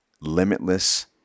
limitless